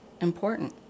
important